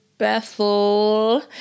Bethel